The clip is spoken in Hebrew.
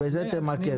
בזה תתמקד.